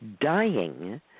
dying